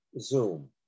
zoom